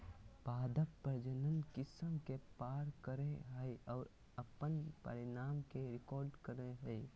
पादप प्रजनन किस्म के पार करेय हइ और अपन परिणाम के रिकॉर्ड करेय हइ